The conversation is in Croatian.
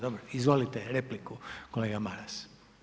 Dobro, izvolite repliku kolega Maras.